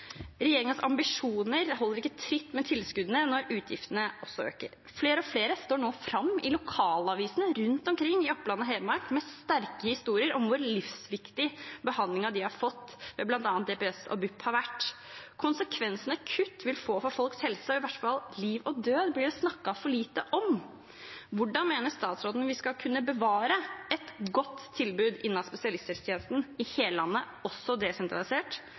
ambisjoner holder ikke tritt med tilskuddene når utgiftene øker. Flere og flere står nå fram i lokalavisene rundt omkring i Oppland og Hedmark med sterke historier om hvor livsviktig behandlingen som de har fått, ved bl.a. DPS og BUP, har vært. Konsekvensene kutt vil få for folks helse – og i verste fall liv og død – blir det snakket for lite om. Hvordan mener statsråden vi skal kunne bevare et godt tilbud innen spesialisthelsetjenesten i hele landet, også desentralisert?